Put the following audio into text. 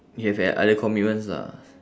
you have had other commitments lah